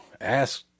Ask